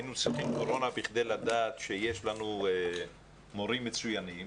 היינו צריכים קורונה כדי לדעת שיש לנו מורים מצוינים,